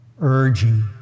urging